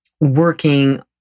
working